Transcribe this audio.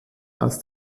als